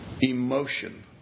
emotion